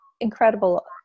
incredible